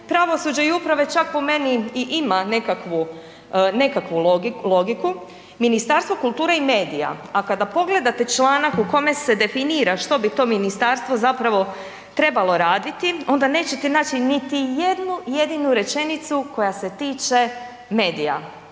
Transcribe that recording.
Pravosuđe i uprave čak po meni i ima nekakvu, nekakvu logiku. Ministarstvo kulture i medija, a kada pogledate članak u kome se definira što bi to ministarstvo zapravo trebalo raditi, onda nećete nać niti jednu jedinu rečenicu koja se tiče medija.